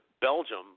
Belgium